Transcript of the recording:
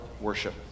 worship